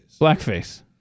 Blackface